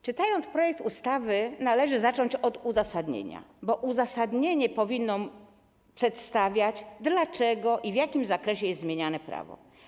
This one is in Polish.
Czytając projekt ustawy, należy zacząć od uzasadnienia, bo uzasadnienie powinno przedstawiać, informować, dlaczego i w jakim zakresie jest zmieniane prawo.